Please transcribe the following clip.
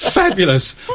Fabulous